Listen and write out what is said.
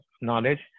knowledge